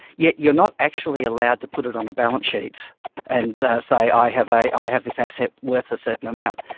yet you are not actually allowed to put it on the balance sheets and say i have i have this asset worth a certain amount.